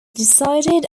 decided